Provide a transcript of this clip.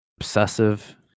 Obsessive